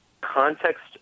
context